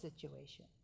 situation